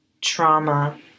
trauma